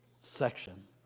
section